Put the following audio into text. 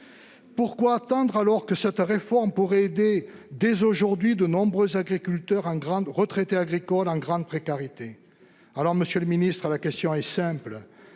Pourquoi attendre, alors que cette réforme pourrait aider dès aujourd'hui de nombreux agriculteurs retraités en grande précarité ? Monsieur le ministre, la question est simple